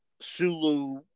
Sulu